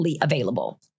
available